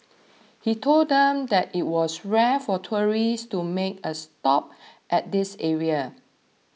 he told them that it was rare for tourists to make a stop at this area